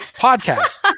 podcast